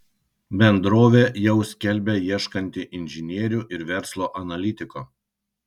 bendrovė jau skelbia ieškanti inžinierių ir verslo analitiko